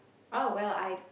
oh well I